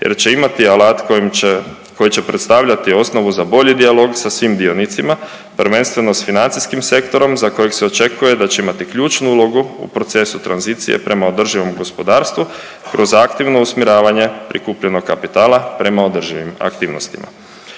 jer će imati alat koji će predstavljati osnovu za bolji dijalog sa svim dionicima prvenstveno sa financijskim sektorom za kojeg se očekuje da će imati ključnu ulogu u procesu tranzicije prema održivom gospodarstvu kroz aktivno usmjeravanje prikupljenog kapitala prema održivim aktivnostima.